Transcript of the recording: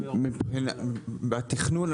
בתכנון,